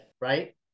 right